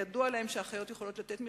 ידוע להם שאחיות יכולות לתת מרשמים.